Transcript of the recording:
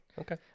Okay